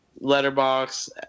letterbox